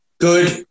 good